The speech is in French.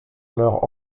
leur